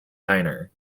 diner